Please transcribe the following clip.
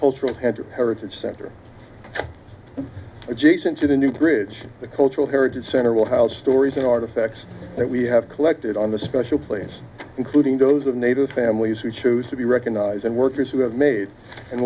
center heritage center adjacent to the new bridge the cultural heritage center will house stories and artifacts that we have collected on the special place including those of nato's families who choose to be recognized and workers who have made and